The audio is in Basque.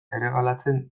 erregalatzen